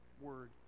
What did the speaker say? word